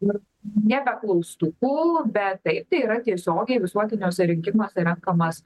ir nėra klaustukų bet taip tai yra tiesiogiai visuotiniuose rinkimuose renkamas